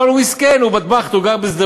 אבל הוא מסכן, הוא בטבחט, הוא גר בשדרות,